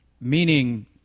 meaning